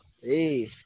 Hey